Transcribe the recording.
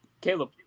Caleb